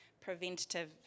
preventative